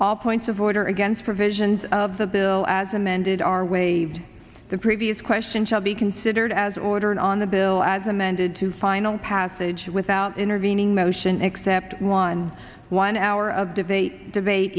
all points of order against provisions of the bill as amended are waived the previous question shall be considered as ordered on the bill as amended to final passage without intervening motion except one one hour of debate debate